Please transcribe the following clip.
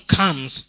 comes